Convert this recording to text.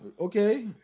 Okay